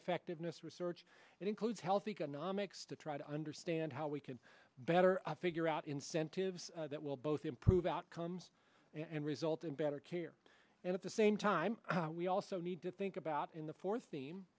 effectiveness research that includes health economics to try to understand how we can better figure out incentives that will both improve outcomes and result in better care and at the same time we also need to think about in the fourth team